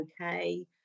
okay